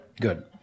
good